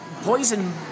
poison